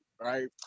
right